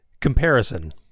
comparison